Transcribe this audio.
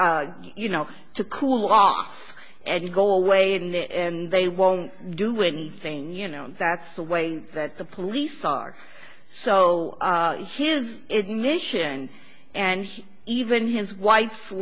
you know to cool off and go away in the end they won't do anything you know that's the way that the police are so his ignition and even his wife's